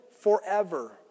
forever